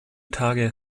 tage